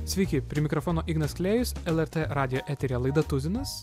sveiki prie mikrofono ignas klėjus lrt radijo eteryje laida tuzinas